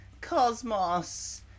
cosmos